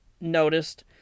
noticed